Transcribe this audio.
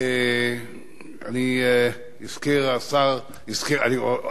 הזכיר השר, את השר גאלב מג'אדלה.